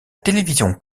télévision